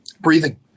Breathing